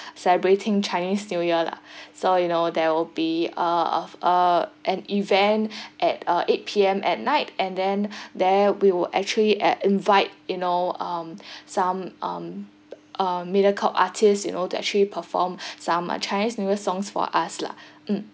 celebrating chinese new year lah so you know there will be a of uh an event at uh eight P_M at night and then there we will actually uh invite you know um some um uh mediacorp artist you know to actually perform some uh chinese newer songs for us lah mm